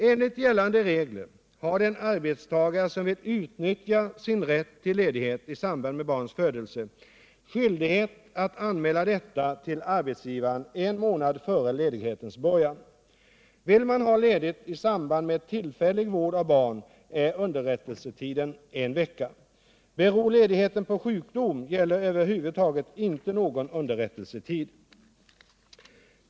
Enligt gällande regler har den arbetstagare som vill utnyttja sin rätt till ledighet i samband med barns födelse skyldighet att anmäla detta till arbetsgivaren en månad före ledighetens början. Vill man ha ledigt i samband med tillfällig vård av barn är underrättelsetiden en vecka. Beror ledigheten på sjukdom gäller över huvud taget inte någon underrättelsetid.